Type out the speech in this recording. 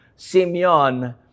Simeon